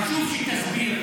חשוב שתסביר,